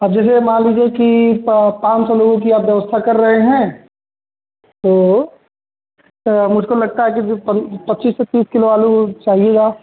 अब जैसे मान लीजिए कि पाँच सौ लोगों की आप व्यवस्था कर रहे हैं तो मुझको लगता है कि जो पच्चीस से तीस किलो आलू चाहिए होगा